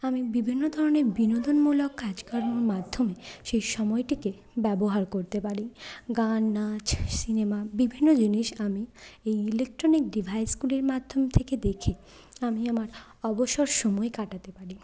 আমি বিভিন্ন ধরনের বিনোদনমূলক কাজকর্মের মাধ্যমে সেই সময়টিকে ব্যবহার করতে পারি গান নাচ সিনেমা বিভিন্ন জিনিস আমি এই ইলেকট্রনিক ডিভাইসগুলির মাধ্যম থেকে দেখে আমি আমার অবসর সময় কাটাতে পারি